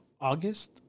August